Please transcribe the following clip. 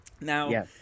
Now